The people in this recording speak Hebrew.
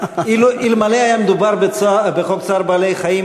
אלמלא היה מדובר בחוק צער בעלי-חיים,